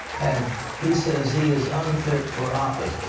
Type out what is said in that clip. and he says he is unfit for office.